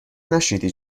نشنیدی